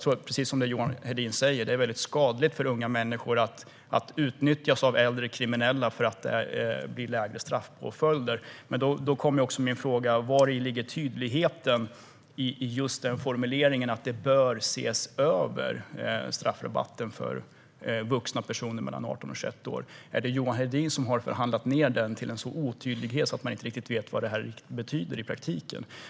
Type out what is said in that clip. Precis som Johan Hedin säger tror jag att det är mycket skadligt för unga människor att utnyttjas av äldre kriminella för att det blir lägre straffpåföljder för unga. Då är min fråga: Vari ligger tydligheten i just formuleringen att straffrabatten för vuxna personer mellan 18 och 21 år bör ses över? Är det Johan Hedin som har förhandlat ned den till en sådan otydlighet att man inte riktigt vet vad detta betyder i praktiken?